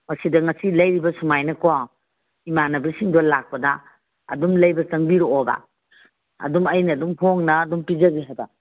ꯑꯣ ꯁꯤꯗ ꯉꯁꯤ ꯂꯩꯔꯤꯕ ꯁꯨꯃꯥꯏꯅꯀꯣ ꯏꯃꯥꯟꯅꯕꯁꯤꯡꯗꯣ ꯂꯥꯛꯄꯗ ꯑꯗꯨꯝ ꯂꯩꯕ ꯆꯪꯕꯤꯔꯛꯑꯣꯕ ꯑꯗꯨꯝ ꯑꯩꯅ ꯑꯗꯨꯝ ꯍꯣꯡꯅ ꯑꯗꯨꯝ ꯄꯤꯖꯒꯦ ꯍꯥꯏꯕ